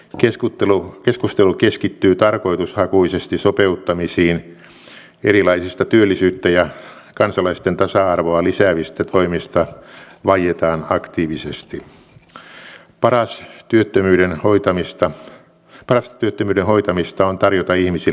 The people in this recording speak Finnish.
olen vilpittömän iloinen siitä että suomi on sitoutunut istanbulin sopimukseen ja näen että meillä on valtavasti tekemistä vielä siinä että me varmasti pääsemme siihen mihin sillä pyritään